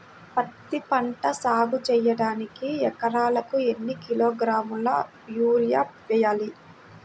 పత్తిపంట సాగు చేయడానికి ఎకరాలకు ఎన్ని కిలోగ్రాముల యూరియా వేయాలి?